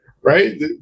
right